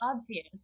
obvious